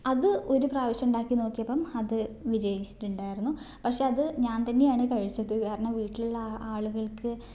അത് ഒരു പ്രാവശ്യം ഉണ്ടാക്കി നോക്കിയപ്പം അത് വിജയിച്ചിട്ടുണ്ടാരുന്നു പക്ഷേ അത് ഞാൻ തന്നെയാണ് കഴിച്ചത് കാരണം വീട്ടിലുള്ള ആ ആളുകൾക്ക്